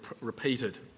repeated